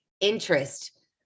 interest